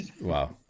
Wow